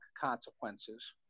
consequences